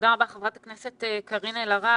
תודה רבה, חברת הכנסת קארין אלהרר.